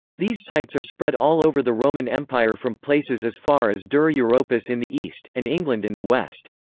these sites are spread all over the roman empire from places as far as dura europos in the east, and england in the west.